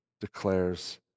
declares